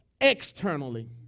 externally